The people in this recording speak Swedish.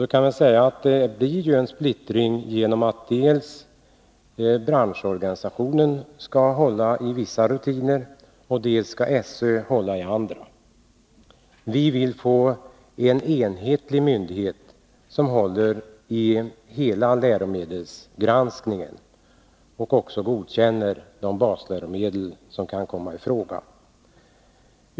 Det blir en splittring enligt det förslaget genom att dels branschorganisationen skall hålla i vissa rutiner, dels SÖ skall hålla i andra. Vi vill få en enhetlig myndighet, som håller i hela läromedelsgranskningen och också godkänner de basläromedel som kan komma i fråga.